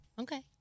Okay